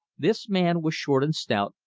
this man was short and stout,